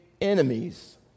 enemies